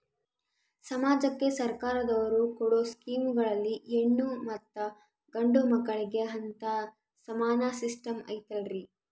ಸಮಾಜಕ್ಕೆ ಸರ್ಕಾರದವರು ಕೊಡೊ ಸ್ಕೇಮುಗಳಲ್ಲಿ ಹೆಣ್ಣು ಮತ್ತಾ ಗಂಡು ಮಕ್ಕಳಿಗೆ ಅಂತಾ ಸಮಾನ ಸಿಸ್ಟಮ್ ಐತಲ್ರಿ?